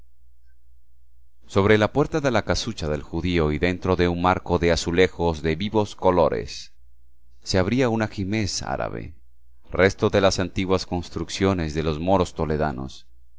sobre la puerta de la casucha del judío y dentro de un marco de azulejos de vivos colores se abría un ajimez árabe resto de las antiguas construcciones de los moros toledanos